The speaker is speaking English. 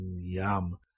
yum